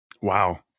Wow